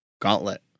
Gauntlet